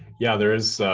yeah, there is